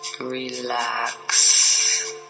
Relax